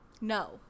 No